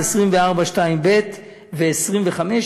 24(2)(ב) ו-25,